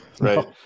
right